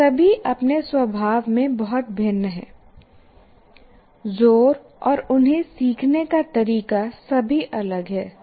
वे सभी अपने स्वभाव में बहुत भिन्न हैं जोर और उन्हें सीखने का तरीका सभी अलग हैं